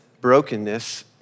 brokenness